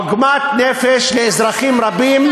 עוגמת נפש לאזרחים רבים.